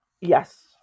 Yes